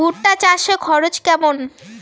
ভুট্টা চাষে খরচ কেমন?